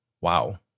wow